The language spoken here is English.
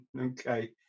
okay